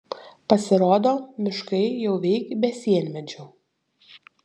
pasirodo miškai jau veik be sienmedžių